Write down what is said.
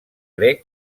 grec